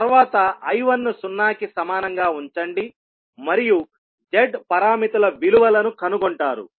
తర్వాత I1 ను 0 కి సమానంగా ఉంచండి మరియు Z పారామితుల విలువలను కనుగొంటారు